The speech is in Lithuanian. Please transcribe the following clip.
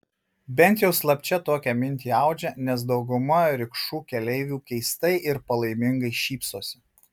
bent jau slapčia tokią mintį audžia nes dauguma rikšų keleivių keistai ir palaimingai šypsosi